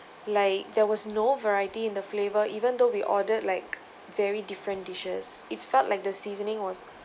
like there was no variety in the flavour even though we ordered like very different dishes it felt like the seasoning was